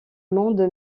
monde